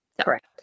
Correct